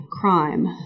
crime